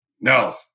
no